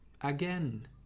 again